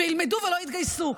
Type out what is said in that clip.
וילמדו ולא יתגייסו.